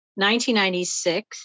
1996